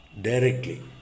directly